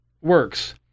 works